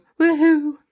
Woohoo